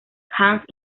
hans